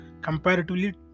Comparatively